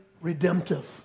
redemptive